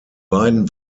beiden